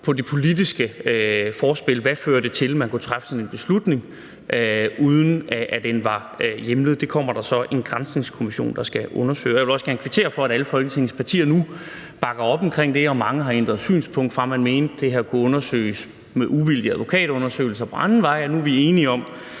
på det politiske forspil: Hvad førte til, at man kunne træffe sådan en beslutning, uden at den var hjemlet? Det kommer der så en granskningskommission der skal undersøge. Jeg vil også gerne kvittere for, at alle Folketingets partier nu bakker op om det, og at mange har ændret synspunkt, fra at man mente, at det her kunne undersøges med en uvildig advokatundersøgelse eller ad anden vej, og til at vi nu er enige om,